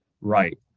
right